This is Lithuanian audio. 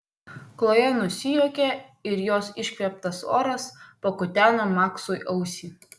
kloja nusijuokė ir jos iškvėptas oras pakuteno maksui ausį